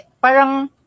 parang